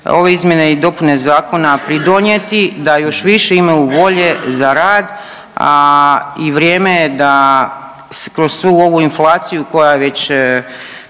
ove izmjene i dopune zakona pridonijeti da još više imaju volje za rad, a i vrijeme je da kroz svu ovu inflaciju koja je već